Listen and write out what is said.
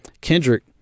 Kendrick